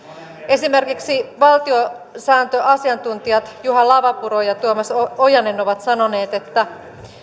esimerkiksi valtiosääntöasiantuntijat juha lavapuro ja tuomas ojanen ovat sanoneet että